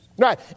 Right